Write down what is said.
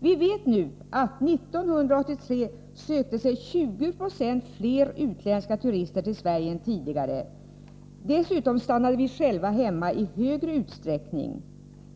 Vi vet nu att 1983 sökte sig 20 9 fler utländska turister till Sverige än tidigare. Dessutom stannade vi själva hemma i en högre utsträckning.